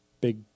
big